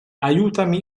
aiutami